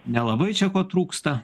nelabai čia ko trūksta